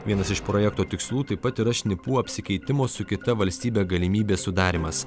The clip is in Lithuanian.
vienas iš projekto tikslų taip pat yra šnipų apsikeitimo su kita valstybe galimybės sudarymas